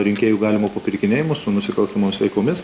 rinkėjų galimu papirkinėjimu su nusikalstamomis veikomis